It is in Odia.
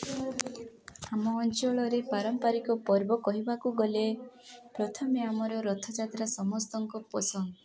ଆମ ଅଞ୍ଚଳରେ ପାରମ୍ପାରିକ ପର୍ବ କହିବାକୁ ଗଲେ ପ୍ରଥମେ ଆମର ରଥଯାତ୍ରା ସମସ୍ତଙ୍କ ପସନ୍ଦ